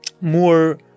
more